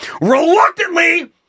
Reluctantly